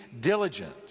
diligent